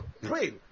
Pray